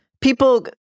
People